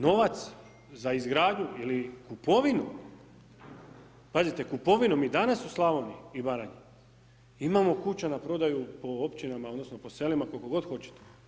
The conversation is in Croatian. Novac za izgradnju ili kupovinu, pazite kupovinu i danas u Slavoniji i Baranji imamo kuća na prodaju po općinama, odnosno po selima koliko god hoćete.